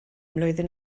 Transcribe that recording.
mlwyddyn